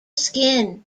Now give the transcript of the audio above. skin